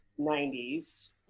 90s